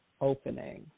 opening